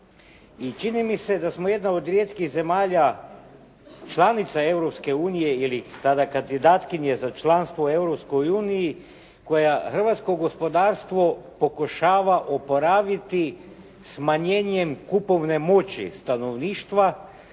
čini mi se da smo jedna od rijetkih zemalja članica Europske unije ili tada kandidatkinje za članstvo u Europskoj uniji koja hrvatsko gospodarstvo pokušava oporaviti smanjenjem kupovne moći stanovništva